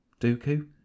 Dooku